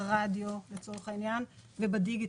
ברדיו ובדיגיטל,